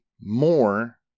more